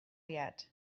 yet